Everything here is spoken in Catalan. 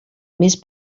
més